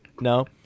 No